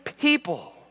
people